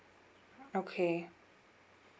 okay